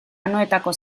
anoetako